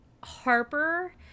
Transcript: Harper